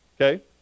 Okay